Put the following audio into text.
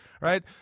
right